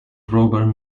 robert